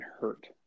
hurt